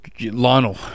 Lionel